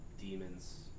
demons